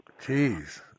Jeez